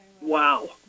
wow